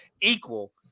equal